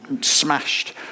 smashed